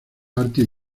arte